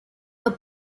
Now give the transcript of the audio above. the